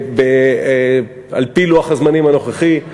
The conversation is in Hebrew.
על-פי לוח הזמנים הנוכחי,